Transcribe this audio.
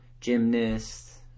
gymnast